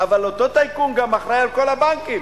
אבל אותו טייקון גם אחראי על כל הבנקים,